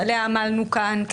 שעליה עמלנו כאן,